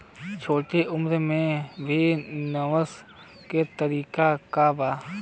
छोटी उम्र में भी निवेश के तरीका क बा?